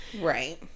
Right